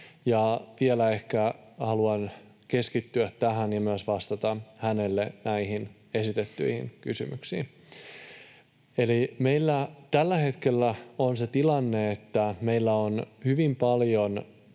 vielä ehkä haluan keskittyä tähän ja myös vastata hänelle näihin esitettyihin kysymyksiin. Eli meillä tällä hetkellä on se tilanne, että meillä on hyvin paljon